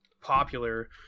popular